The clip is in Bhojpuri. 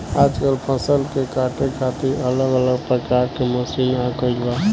आजकल फसल के काटे खातिर अलग अलग प्रकार के मशीन आ गईल बा